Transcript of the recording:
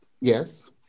Yes